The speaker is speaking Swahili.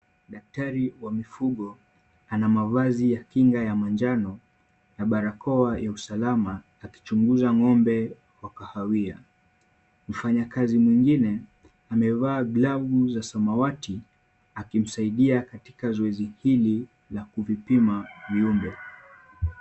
Daktari wa mifugo ana mavazi ya kinga ya manjano na barakoa ya usalama akichunguza ng'ombe wa kahawia. Mfanyikazi mwingine amevaa glavu za samawati akimsaidia katika zoezi hili la kuvipima viungo.